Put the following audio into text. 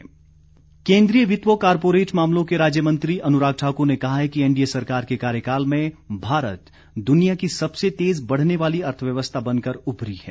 अनुराग केंद्रीय वित्त व कारपोरेट मामलों के राज्यमंत्री अनुराग ठाकुर ने कहा है कि एनडीए सरकार के कार्यकाल में भारत दुनिया की सबसे तेज बढ़ने वाली अर्थव्यवस्था बनकर उभरी है